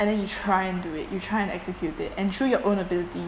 and then you try and do it you try and execute it and through your own ability